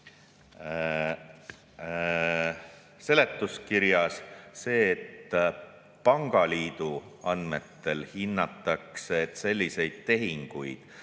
seletuskirjas olev [number], et pangaliidu andmetel hinnatakse, et selliseid tehinguid,